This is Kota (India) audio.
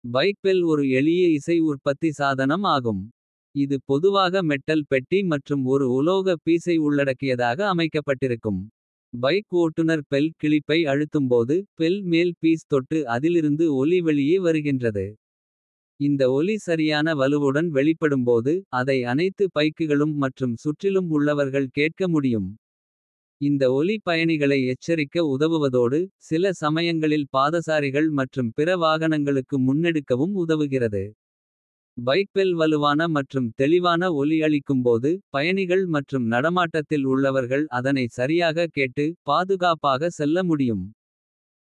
Bike bell ஒரு எளிய இசை உற்பத்தி சாதனம் ஆகும். இது பொதுவாக மெட்டல் பெட்டி மற்றும் ஒரு உலோக. பீசை உள்ளடக்கியதாக அமைக்கப்பட்டிருக்கும். பைக் ஓட்டுனர் பெல் கிளிப்பை அழுத்தும்போது. பெல் மேல் பீஸ் தொட்டு அதிலிருந்து ஒலி வெளியே வருகின்றது. இந்த ஒலி சரியான வலுவுடன் வெளிப்படும்போது. அதை அனைத்து பைக்குகளும் மற்றும் சுற்றிலும் உள்ளவர்கள். கேட்க முடியும் இந்த ஒலி பயணிகளை எச்சரிக்க உதவுவதோடு. சில சமயங்களில் பாதசாரிகள் மற்றும் பிற வாகனங்களுக்கு. முன்னெடுக்கவும் உதவுகிறது. பைக் பெல் வலுவான மற்றும் தெளிவான ஒலி அளிக்கும்போது. பயணிகள் மற்றும் நடமாட்டத்தில் உள்ளவர்கள் அதனை சரியாக கேட்டு. பாதுகாப்பாக செல்ல முடியும்.